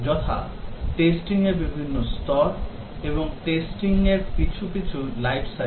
যথা টেস্টিং এর বিভিন্ন স্তর এবং টেস্টিং পিছু পিছু Life Cycle Model